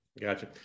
Gotcha